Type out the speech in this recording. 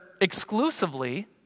exclusively